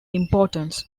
importance